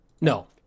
no